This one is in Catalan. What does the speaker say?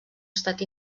estat